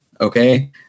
Okay